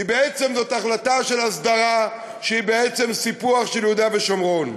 כי זאת החלטה של הסדרה שהיא בעצם סיפוח של יהודה ושומרון.